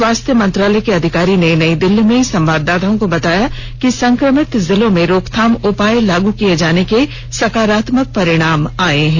स्वास्थ्य मंत्रालय के अधिकारी ने नई दिल्ली में संवाददाताओं को बताया कि संक्रमित जिलों में रोकथाम उपाय लागू किए जाने के सकारात्मक परिणाम आए हैं